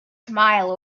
smile